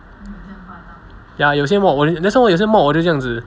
ya 有些 mod that's why 有些 mod 我就这样子